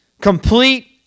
complete